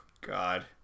God